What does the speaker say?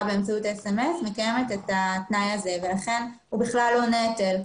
באמצעות SMS מקיימת את התנאי הזה ולכן הוא לא נטל.